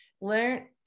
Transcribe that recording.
learn